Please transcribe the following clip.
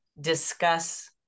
discuss